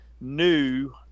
new